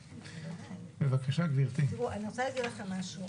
אסירים ביטחוניים איך יכול להיות שפתאום ירדנו מזה.